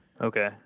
Okay